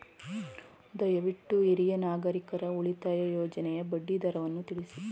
ದಯವಿಟ್ಟು ಹಿರಿಯ ನಾಗರಿಕರ ಉಳಿತಾಯ ಯೋಜನೆಯ ಬಡ್ಡಿ ದರವನ್ನು ತಿಳಿಸಿ